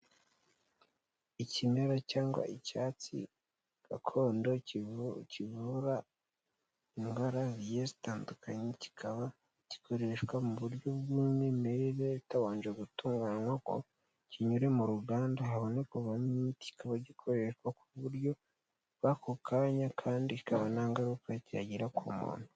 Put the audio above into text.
Ikimera cyangwa icyatsi gakondo kivu kivura indwara zigiye zitandukanye kikaba gikoreshwa mu buryo bw'umwimerere itabanje gutunganywaho kinyure mu ruganda habone kuvamo imiti ituma gikoreshwa ku buryo bw'ako kanya kandi ikaba nta ngaruka cyagira ku muntu.